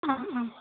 ആ ആ